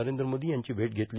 नरेंद्र मोदी यांची भेट घेतली